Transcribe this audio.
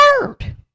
word